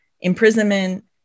imprisonment